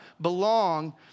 belong